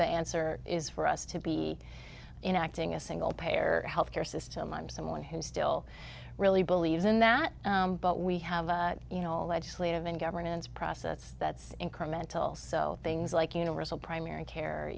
the answer is for us to be in acting a single payer health care system i'm someone who still really believes in that but we have you know legislative and governance process that's incremental so things like universal primary care